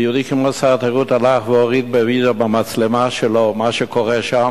ויהודי כמו שר התיירות הלך והוריד במצלמה שלו את מה שקורה שם.